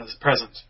present